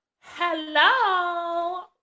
Hello